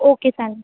okay चालेल